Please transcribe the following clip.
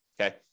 Okay